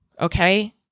okay